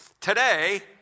Today